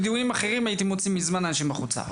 בדיונים אחרים הייתי מוציא מזמן אנשים החוצה.